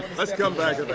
let's come back to that.